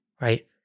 right